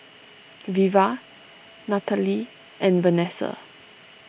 Veva Natalee and Vanessa